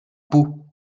pot